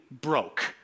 broke